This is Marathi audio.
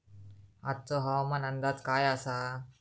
आजचो हवामान अंदाज काय आसा?